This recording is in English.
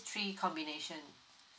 three combination